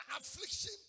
affliction